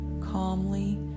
calmly